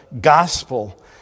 gospel